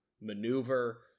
maneuver